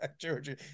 Georgia